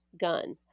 gun